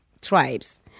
tribes